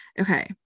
okay